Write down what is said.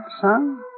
son